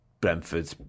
Brentford